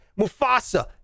Mufasa